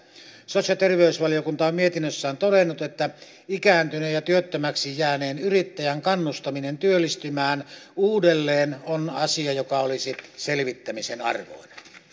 sosiaali ja terveysvaliokunta on mietinnössään todennut että ikääntyneen ja työttömäksi jääneen yrittäjän kannustaminen työllistymään uudelleen on asia joka olisi selvittämisen arvoinen